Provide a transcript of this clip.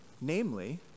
Namely